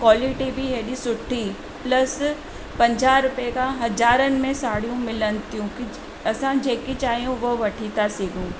quality बि हेॾी सुठी प्लस पंजाहु रुपिया खां हज़ारनि में साड़ियूं मिलनि थियूं की कुझु असां जेकी चाहियूं उहो वठी था सघूं